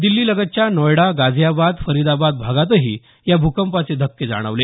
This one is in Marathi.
दिल्लीलगतच्या नोएडा गाझियाबाद फरिदाबाद भागातही या भूकंपाचे धक्के जाणवले